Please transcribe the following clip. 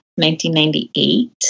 1998